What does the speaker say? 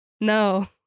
no